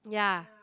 yeah